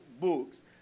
books